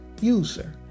user